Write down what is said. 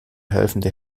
helfende